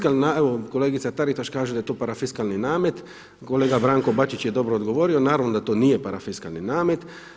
Kolegica Taritaš kaže da je to parafiskalni namet, kolega Branko Bačić je dobro odgovorio, naravno da to nije parafiskalni namet.